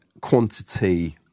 quantity